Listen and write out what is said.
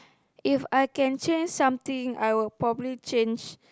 If I can change something I would probably change